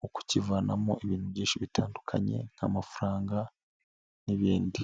wo kukivanamo ibintu byinshi bitandukanye nk'amafaranga n'ibindi.